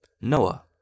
Noah